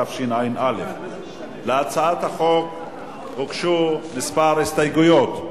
התשע"א 2011. להצעת החוק הוגשו כמה הסתייגויות.